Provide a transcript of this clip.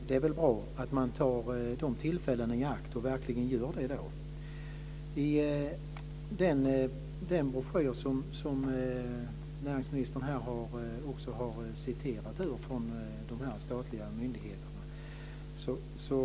Det är väl bra att man tar tillfällena i akt och verkligen gör det. Näringsministern har citerat ur en broschyr från de statliga myndigheterna.